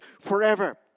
forever